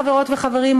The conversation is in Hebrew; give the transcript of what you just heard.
חברות וחברים,